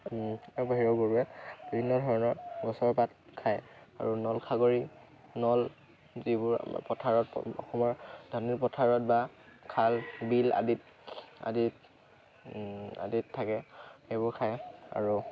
তাৰ বাহিৰেও গৰুৱে বিভিন্ন ধৰণৰ গছৰ পাত খায় আৰু নল খাগৰি নল যিবোৰ আমাৰ পথাৰত অসমৰ ধাননি পথাৰত বা খাল বিল আদিত আদিত আদিত থাকে সেইবোৰ খায় আৰু